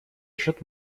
счет